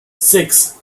six